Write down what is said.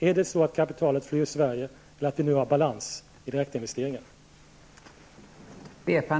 Är det så att kapitalet flyr Sverige, eller har vi balans när det gäller direktinvesteringar?